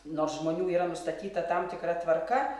nors žmonių yra nustatyta tam tikra tvarka